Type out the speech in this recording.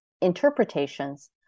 interpretations